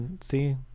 see